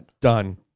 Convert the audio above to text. done